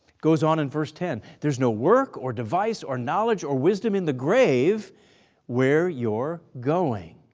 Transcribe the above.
goes on in verse ten, there's no work, or device, or knowledge, or wisdom in the grave where you're going.